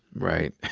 right.